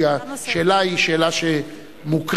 כי השאלה היא שאלה שמוקראת